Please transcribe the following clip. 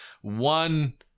one